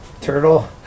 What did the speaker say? Turtle